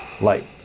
light